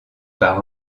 par